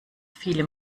viele